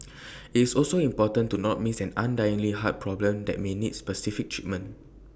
it's also important to not miss an underlying heart problem that may need specific treatment